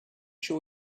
sure